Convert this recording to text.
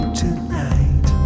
tonight